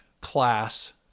class